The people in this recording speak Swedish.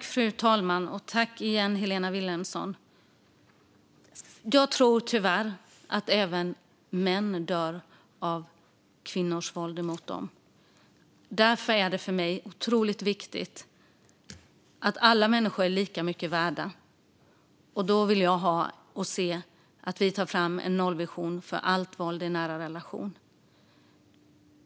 Fru talman! Jag tror tyvärr att även män dör av kvinnors våld emot dem. Det är otroligt viktigt för mig att alla människor är lika mycket värda, och därför vill jag se en nollvision för allt våld i nära relation.